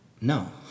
No